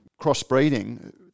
crossbreeding